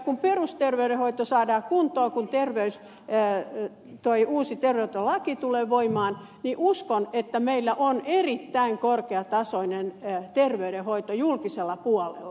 kun perusterveydenhoito saadaan kuntoon kun uusi terveydenhoitolaki tulee voimaan niin uskon että meillä on erittäin korkeatasoinen terveydenhoito julkisella puolella